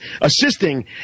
assisting